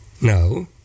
No